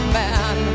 man